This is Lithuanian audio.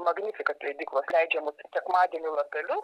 magnifikat leidyklos leidžiamus sekmadienių lapelius